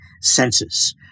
census